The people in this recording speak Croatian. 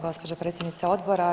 Gospođo predsjednice odbora.